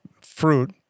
fruit